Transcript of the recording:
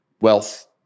wealth